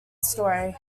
story